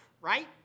right